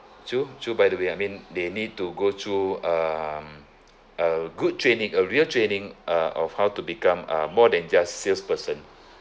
true true by the way I mean they need to go through um a good training a real training uh of how to become uh more than just salesperson